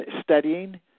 studying